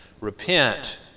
Repent